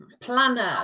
planner